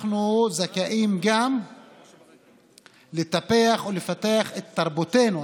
אנחנו זכאים גם לטפח ולפתח את תרבותנו,